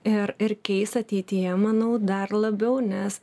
ir ir keis ateityje manau dar labiau nes